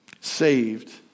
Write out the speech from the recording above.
saved